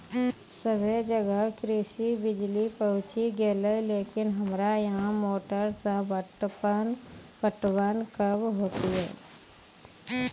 सबे जगह कृषि बिज़ली पहुंची गेलै लेकिन हमरा यहाँ मोटर से पटवन कबे होतय?